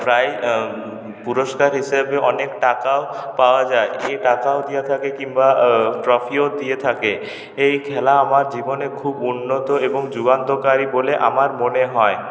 প্রায়ই পুরষ্কার হিসাবে অনেক টাকাও পাওয়া যায় এ টাকাও দিয়ে থাকে কিংবা ট্রফিও দিয়ে থাকে এই খেলা আমার জীবনে খুব উন্নত এবং যুগান্তকারী বলে আমার মনে হয়